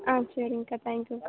ஆ சரிங்கக்கா தேங்க்யூக்கா